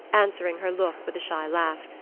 answering her look with a shy laugh.